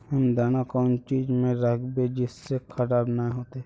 हम दाना कौन चीज में राखबे जिससे खराब नय होते?